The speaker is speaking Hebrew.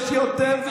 זה ירד ב-16%.